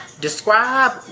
describe